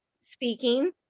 speaking